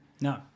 No